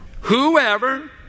Whoever